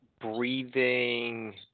breathing